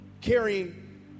carrying